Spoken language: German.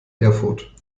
erfurt